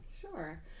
Sure